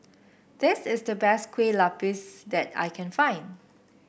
this is the best Kueh Lupis that I can find